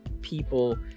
people